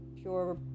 pure